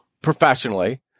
professionally